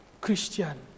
Christian